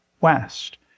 West